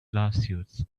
lawsuits